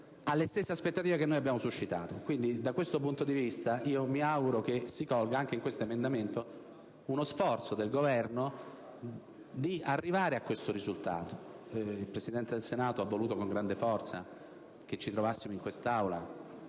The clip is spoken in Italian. alle stesse aspettative che abbiamo suscitato. Quindi, da questo punto di vista, mi auguro che si colga anche in tale emendamento lo sforzo del Governo di arrivare a detto risultato. Il Presidente del Senato ha voluto con grande forza che ci trovassimo in quest'Aula